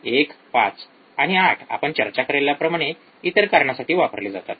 १ ५ आणि ८ आपण चर्चा केल्याप्रमाणे इतर कारणासाठी वापरले जातात